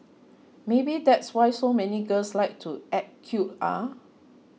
maybe that's why so many girls like to act cute ah